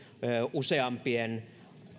useampien